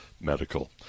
Medical